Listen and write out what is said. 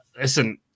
listen